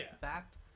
fact-